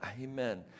Amen